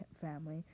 family